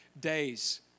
days